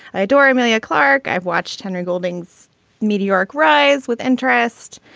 i adore emilia clarke. i've watched henry golden's meteoric rise with interest.